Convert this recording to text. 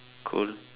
cool